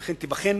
וכן תיבחן